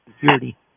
Security